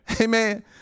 Amen